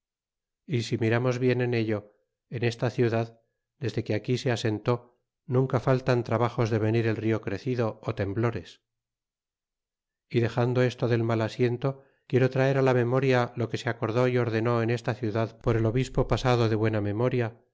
y si miramos bien en ello en esta ciudad desde gue aquí se asenté nunca faltan trabajos de venir el rio crecido ó temblores y dexando esto del mal asiento quiero traerá la memoria lo que se acordó y ordenó en esta ciudad por el obispo pasado de buena memoria